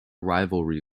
rivalry